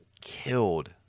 killed